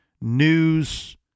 news